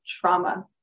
trauma